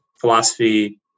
philosophy